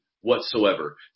whatsoever